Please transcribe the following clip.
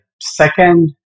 second